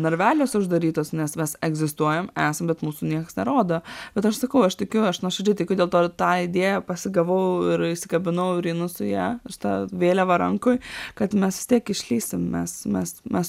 narveliuose uždarytos nes mes egzistuojam esam bet mūsų niekas nerodo bet aš sakau aš tikiu aš nuoširdžiai tikiu dėl to ir tą idėją pasigavau ir įsikabinau ir einu su ja ta vėliava rankoj kad mes vis tiek išlįsim mes mes mes